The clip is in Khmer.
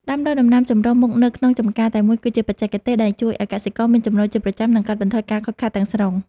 ដាំដុះដំណាំចម្រុះមុខនៅក្នុងចម្ការតែមួយគឺជាបច្ចេកទេសដែលជួយឱ្យកសិករមានចំណូលជាប្រចាំ និង កាត់បន្ថយការខូចខាតទាំងស្រុង។